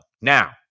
Now